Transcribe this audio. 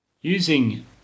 Using